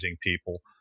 people